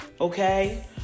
okay